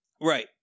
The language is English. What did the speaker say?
right